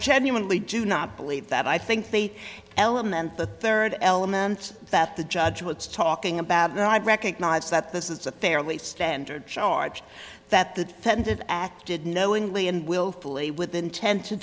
genuinely do not believe that i think they element the third element that the judge was talking about that i recognize that this is a fairly standard charge that the defendant acted knowingly and willfully with an intent to